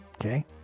Okay